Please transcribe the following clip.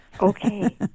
Okay